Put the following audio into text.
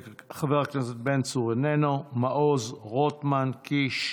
חבר הכנסת בן צור, איננו, מעוז, רוטמן, קיש,